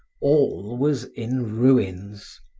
all was in ruins.